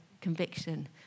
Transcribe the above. conviction